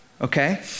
okay